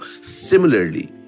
similarly